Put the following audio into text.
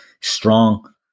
strong